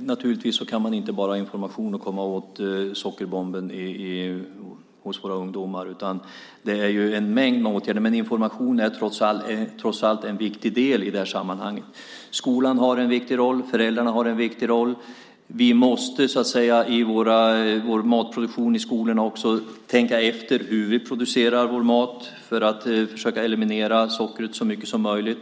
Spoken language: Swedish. Naturligtvis kan man inte med enbart information komma åt sockerbomben bland våra ungdomar, utan det handlar om en mängd olika åtgärder. Information är dock viktigt i sammanhanget. Skolan har en viktig roll. Föräldrarna har en viktig roll. Vi måste vid matproduktionen i skolorna tänka efter hur vi producerar maten för att därigenom försöka eliminera sockret så mycket som möjligt.